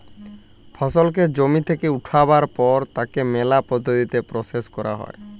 ফসলকে জমি থেক্যে উঠাবার পর তাকে ম্যালা পদ্ধতিতে প্রসেস ক্যরা হ্যয়